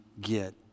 get